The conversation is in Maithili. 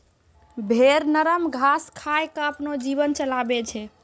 भेड़ नरम घास खाय क आपनो जीवन चलाबै छै